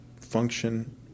function